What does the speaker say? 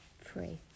free